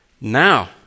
now